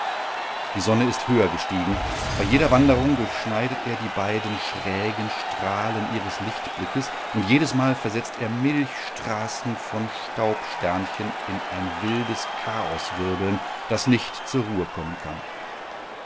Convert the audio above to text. die sonne ist höher gestiegen bei jeder wanderung durchschneidet er die beiden schrägen strahlen ihres lichtblickes und jedesmal versetzt er milchstraßen von staubsternchen in ein wildes chaoswirbeln das nicht zur ruhe kommen kann